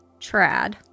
Trad